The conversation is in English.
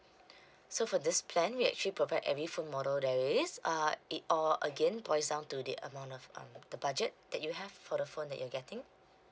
so for this plan we actually provide every phone model there is uh it all again boils down to the amount of um the budget that you have for the phone that you're getting